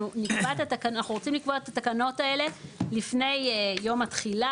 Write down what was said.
אנחנו רוצים לקבוע את התקנות האלה לפני יום התחילה,